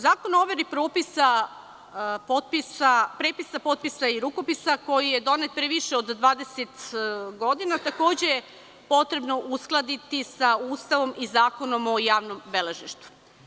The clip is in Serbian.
Zakon o overi prepisa, potpisa i rukopisa koji je donet pre više od 20 godina, takođe je potrebno uskladiti sa Ustavom i Zakonom o javnom beležništvu.